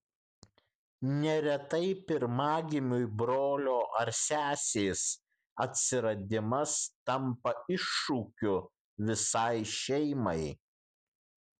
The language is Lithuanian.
neretai pirmagimiui brolio ar sesės atsiradimas tampa iššūkiu visai šeimai